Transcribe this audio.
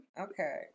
Okay